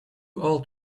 old